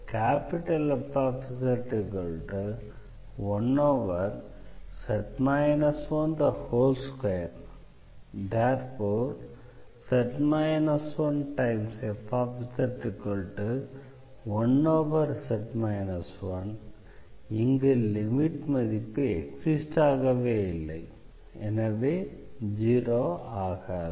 Fz1z 12 ∴z 1Fz 1z 1 இங்கு limit மதிப்பு exist ஆகவே இல்லை எனவே ஜீரோ ஆகாது